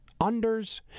unders